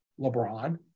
LeBron